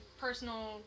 personal